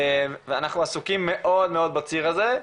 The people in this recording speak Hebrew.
ואנחנו עסוקים מאוד בציר הזה.